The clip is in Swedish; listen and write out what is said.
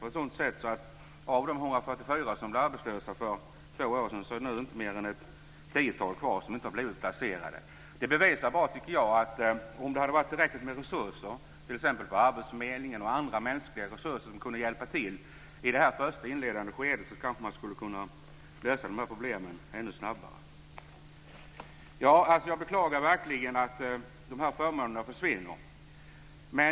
Av de 144 som blev arbetslösa är det nu inte mer än ett tiotal som inte har blivit placerade. Det bevisar att om det hade funnits tillräckligt med resurser, t.ex. på arbetsförmedlingen och andra mänskliga resurser som kunde hjälpa till i det inledande skedet, kanske man hade kunnat lösa de här problemen ännu snabbare. Jag beklagar verkligen att de här förmånerna försvinner.